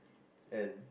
and